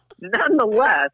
nonetheless